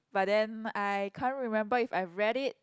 but then I can't remember if I've read it